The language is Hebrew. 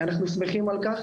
אנחנו שמחים על כך.